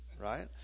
right